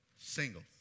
single